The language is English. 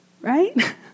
Right